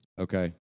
Okay